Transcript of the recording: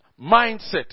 mindset